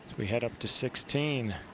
we head up to sixteen.